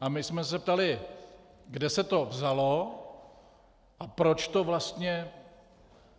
A my jsme se ptali, kde se to vzalo a proč,